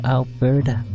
Alberta